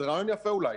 זה רעיון יפה אולי,